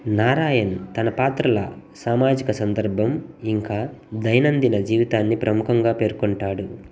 నారాయణ్ తన పాత్రల సామాజిక సందర్భం ఇంకా దైనందిన జీవితాన్ని ప్రముఖంగా పేర్కొంటాడు